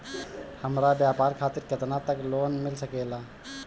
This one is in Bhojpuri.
हमरा व्यापार खातिर केतना तक लोन मिल सकेला?